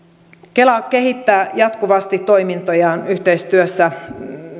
kela kehittää jatkuvasti toimintojaan yhteistyössä